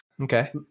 Okay